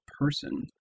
person